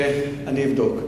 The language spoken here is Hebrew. אני אבדוק,